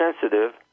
sensitive